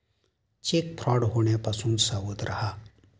check fraud होण्यापासून सावध रहा